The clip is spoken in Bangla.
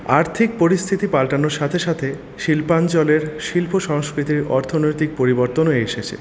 আর্থিক পরিস্থিতি পাল্টানোর সাথে সাথে শিল্পাঞ্চলের শিল্প সংস্কৃতির অর্থনৈতিক পরিবর্তনও এসেছে